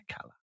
color